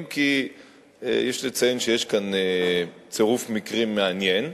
אם כי יש לציין שיש כאן צירוף מקרים מעניין.